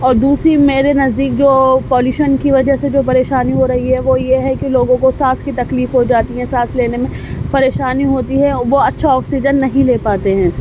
اور دوسری میرے نزدیک جو پالیوشن کی وجہ سے جو پریشانی ہو رہی ہے وہ یہ ہے کہ لوگوں کو سانس کی تکلیف ہو جاتی ہیں سانس لینے میں پریشانی ہوتی ہے وہ اچھا آکسیجن نہیں لے پاتے ہیں